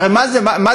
הרי מה זה העובדים?